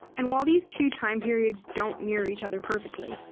and while these two time periods don't mirror each other perfectly,